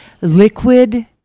liquid